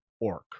orc